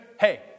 hey